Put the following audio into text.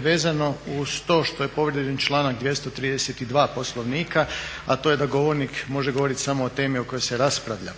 vezano uz to što je povrijeđen članak 232. Poslovnika, a to je da govornik može govorit samo o temi o kojoj se raspravlja.